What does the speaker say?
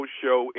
show